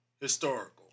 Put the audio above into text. Historical